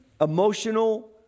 emotional